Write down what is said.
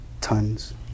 tons